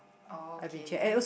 okay